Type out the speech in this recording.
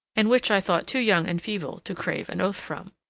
and which i thought too young and feeble to crave an oath from.